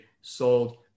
sold